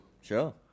Sure